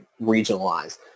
regionalized